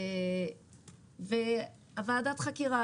ועדת החקירה,